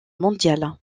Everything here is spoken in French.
mondial